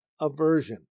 aversion